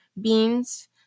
Beans